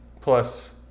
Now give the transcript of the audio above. Plus